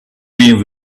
been